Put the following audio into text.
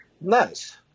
Nice